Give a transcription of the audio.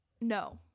No